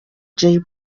jay